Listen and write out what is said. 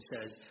says